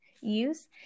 use